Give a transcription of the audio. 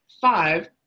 five